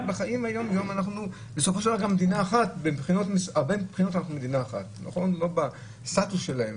מהרבה בחינות אנחנו מדינה אחת לא בסטטוס שלהם.